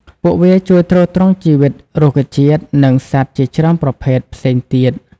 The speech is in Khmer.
ពួកវាជួយទ្រទ្រង់ជីវិតរុក្ខជាតិ និងសត្វជាច្រើនប្រភេទផ្សេងទៀត។